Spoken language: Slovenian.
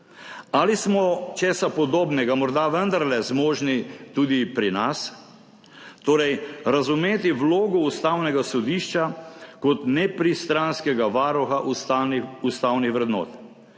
Ali smo česa podobnega morda vendarle zmožni tudi pri nas, torej razumeti vlogo Ustavnega sodišča kot nepristranskega varuha ustavnih vrednot